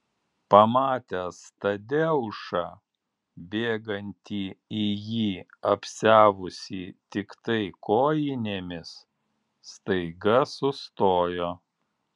pamatęs tadeušą bėgantį į jį apsiavusį tiktai kojinėmis staiga sustojo